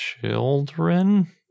children